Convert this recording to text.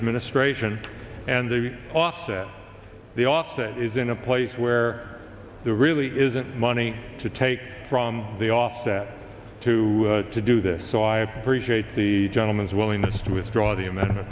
administration and the offset the offset is in a place where there really isn't money to take from the offset to to do this so i appreciate the gentleman's willingness to withdraw the amount